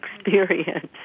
experience